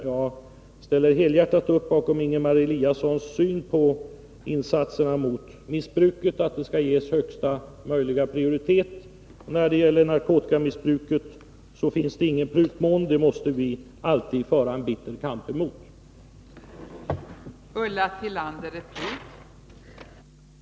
Jag instämmer helhjärtat i Ingemar Eliassons syn på insatserna mot missbruk. De skall ges högsta prioritet. När det gäller narkotikamissbruket finns det ingen prutmån. Vi måste alltid föra en bitter kamp mot detta.